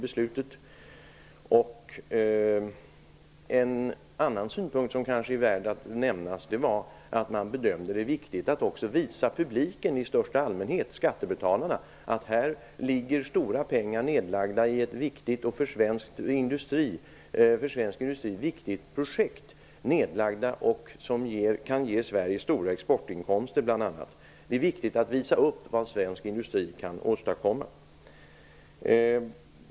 En annan synpunkt som är värd att nämnas är att man bedömde det som viktigt att också visa publiken i största allmänhet, skattebetalarna, att det här ligger stora pengar nedlagda i ett för svensk industri viktigt projekt som kan ge Sverige stora exportinkomster. Det är viktigt att visa upp vad svensk industri kan åstadkomma.